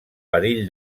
perill